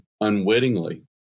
unwittingly